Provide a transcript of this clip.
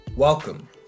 Welcome